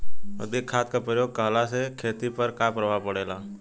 अधिक खाद क प्रयोग कहला से खेती पर का प्रभाव पड़ेला?